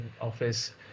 office